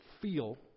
feel